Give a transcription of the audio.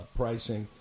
pricing